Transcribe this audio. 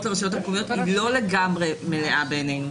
לרשויות המקומיות היא לא לגמרי מלאה בעינינו,